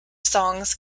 songs